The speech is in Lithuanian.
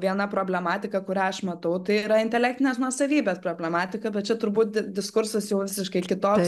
viena problematika kurią aš matau tai yra intelektinės nuosavybės problematika bet čia turbūt diskursas jau visiškai kitoks